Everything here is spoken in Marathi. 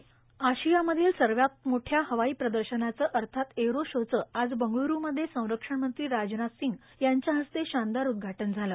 एअरो शो आशियामधल्या सर्वात मोठ्या हवाई प्रदर्शनाचं अर्थात एअरो शोचं आज बंगळूरूमध्ये संरक्षण मंत्री राजनाथ सिंह यांच्या हस्ते शानदार उद्घाटन झालं